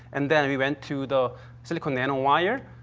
and then we went to the silicon nanowire.